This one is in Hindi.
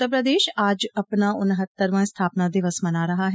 उत्तर प्रदेश आज अपना उन्हत्तरवां स्थापना दिवस मना रहा है